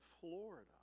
Florida